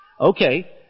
Okay